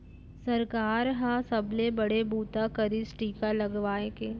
सरकार ह सबले बड़े बूता करिस टीका लगवाए के